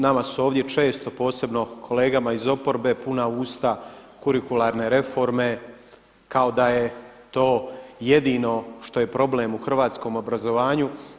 Nama su ovdje često posebno kolegama iz oporbe puna usta kurikularne reforme kao da je to jedino što je problem u hrvatskom obrazovanju.